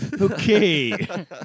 Okay